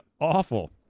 awful